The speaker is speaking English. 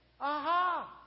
Aha